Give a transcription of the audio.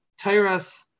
Tyras